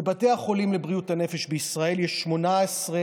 בבתי החולים לבריאות הנפש בישראל יש 18,